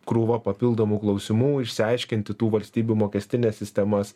krūvą papildomų klausimų išsiaiškinti tų valstybių mokestines sistemas